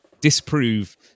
disprove